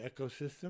ecosystem